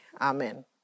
Amen